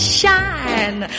shine